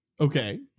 Okay